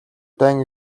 дайн